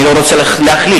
אני לא רוצה להכליל,